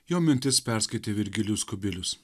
jo mintis perskaitė virgilijus kubilius